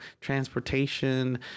transportation